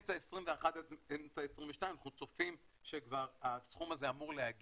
מאמצע 21' עד אמצע 22' אנחנו צופים שהסכום הזה אמור להגיע.